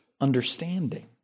understanding